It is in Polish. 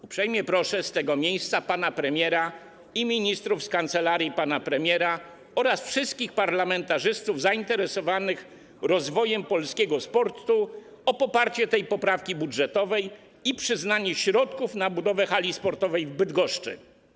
Uprzejmie proszę z tego miejsca pana premiera i ministrów z kancelarii pana premiera oraz wszystkich parlamentarzystów zainteresowanych rozwojem polskiego sportu o poparcie tej poprawki budżetowej i przyznanie środków na budowę hali sportowej w Bydgoszczy.